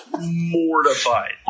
mortified